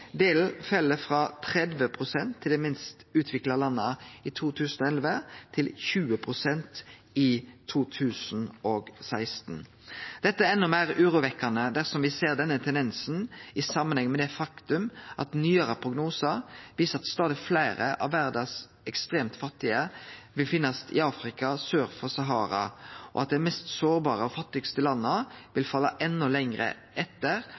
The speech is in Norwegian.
Delen fell frå 30 pst. til dei minst utvikla landa i 2011 til 20 pst. i 2016. Dette er enda meir urovekkjande dersom me ser denne tendensen i samanheng med det faktum at nyare prognosar viser at stadig fleire av verdas ekstremt fattige vil finnast i Afrika sør for Sahara, og at dei mest sårbare og fattigaste landa vil bli hengjande enda lenger etter